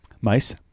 Mice